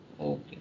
Okay